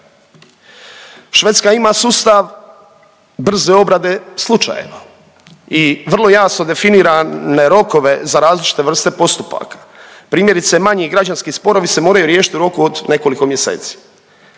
Švedska ima sustav brze obrade slučajeva i vrlo jasno definirane rokove za različite vrste postupaka. Primjerice manji građanski sporovi se moraju riješiti u roku od nekoliko mjeseci,